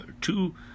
two